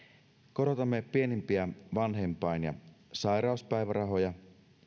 korotamme pienimpiä vanhempain ja sairauspäivärahoja